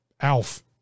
Alf